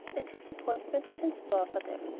a disappointment was in store for them.